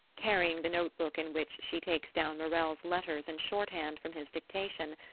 carrying the notebook in which she takes down morell's letters in shorthand from his dictation,